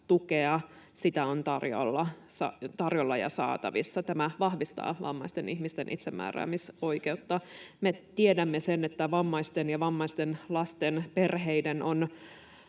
tukea, sitä on tarjolla ja saatavissa. Tämä vahvistaa vammaisten ihmisten itsemääräämisoikeutta. Me tiedämme sen, että vammaisten ja vammaisten lasten perheiden on